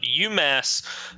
UMass